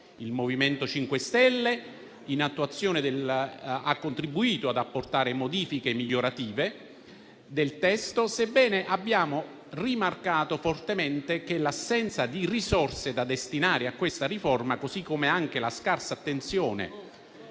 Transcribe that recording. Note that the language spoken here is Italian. Il MoVimento 5 Stelle ha contribuito ad apportare modifiche migliorative del testo, sebbene abbia rimarcato fortemente che l'assenza di risorse da destinare a questa riforma, così come la scarsa attenzione